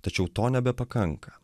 tačiau to nebepakanka